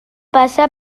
passa